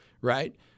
right